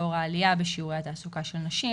לאור העלייה בשיעורי התעסוקה של נשים,